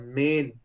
main